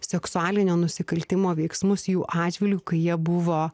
seksualinio nusikaltimo veiksmus jų atžvilgiu kai jie buvo